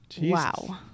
Wow